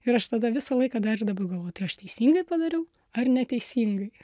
ir aš tada visą laiką dar ir dabar galvoju tai aš teisingai padariau ar neteisingai